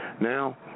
Now